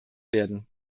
werden